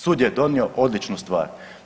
Sud je donio odličnu stvar.